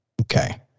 Okay